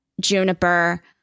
Juniper